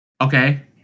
okay